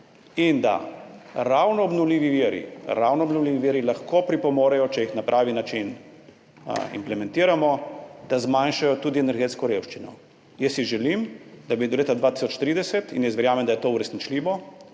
viri, ravno obnovljivi viri lahko pripomorejo, če jih na pravi način implementiramo, da zmanjšajo tudi energetsko revščino. Jaz si želim, da bi do leta 2030, in verjamem, da je to uresničljivo,